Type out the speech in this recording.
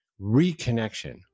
reconnection